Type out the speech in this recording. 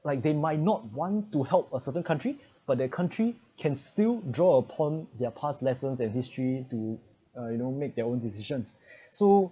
like they might not want to help a certain country but their country can still draw upon their past lessons and history to uh you know make their own decisions so